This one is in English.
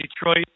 Detroit